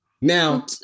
Now